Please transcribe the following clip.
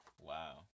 Wow